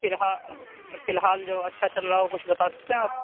فی الحال فی الحال جو اچھا چل رہا ہو کچھ بتا سکتے ہیں آپ